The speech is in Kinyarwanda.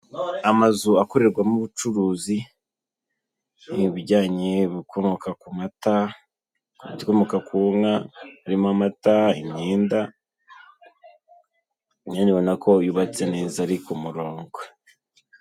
Amazu akorerwamo ubucuruzi ibijyanye ibikomoka ku mata ibikomoka ku nka harimo amata imyenda nyine ubona ko yubatse neza ari ku murongo.